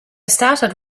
started